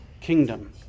kingdom